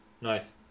nice